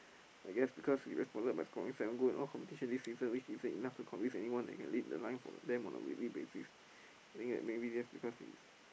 I guess because he responded by scoring seven goal in all competition this season and which season enough to convince anyone that can lead the line for them on a weekly basis and I think maybe just because he's